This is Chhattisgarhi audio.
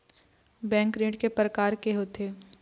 बैंक ऋण के प्रकार के होथे?